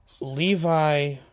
Levi